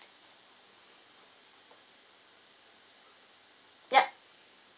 yup